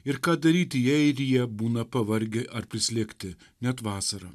ir ką daryti jei ir jie būna pavargę ar prislėgti net vasarą